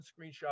screenshot